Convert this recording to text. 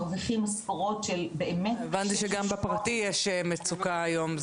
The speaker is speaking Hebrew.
מרוויחים משכורות של באמת -- הבנתי שגם בפרטי יש מצוקה היום.